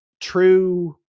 true